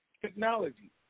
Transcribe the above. technology